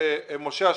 משה אשר,